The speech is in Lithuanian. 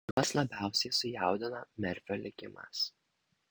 juos labiausiai sujaudino merfio likimas